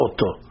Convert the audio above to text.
Oto